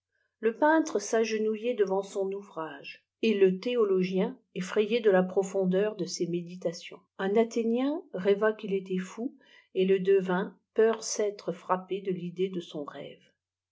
le peintre s'agenouiller devant son ouvrage et le théologien effrayé de la profondeur de ses méditations un athjiien révsc qu'il était fou et le devint peur s'être frappé de vidée dé saii rêve